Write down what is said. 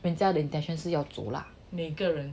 人家的 intention 是要走 lah